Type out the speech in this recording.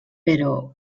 però